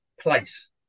Place